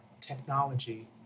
technology